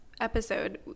episode